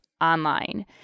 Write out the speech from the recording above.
online